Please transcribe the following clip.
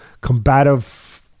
combative